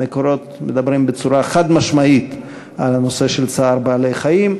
המקורות מדברים בצורה חד-משמעית על הנושא של צער בעלי-חיים.